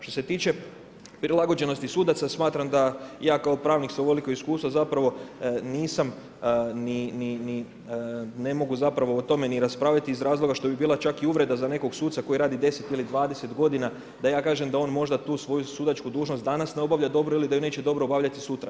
Što se tiče prilagođenosti sudaca, smatram da i ja kao pravnik sa ovoliko iskustva zapravo ne mogu o tome raspravljati iz razloga što bi bila čak i uvreda za nekog suca koji radi 10 ili 20 godina, da ja kažem da on možda tu svoju sudačku dužnost danas ne obavlja dobro ili da ju neće dobro obavljati sutra.